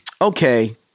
okay